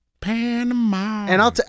Panama